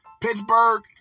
Pittsburgh